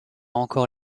encore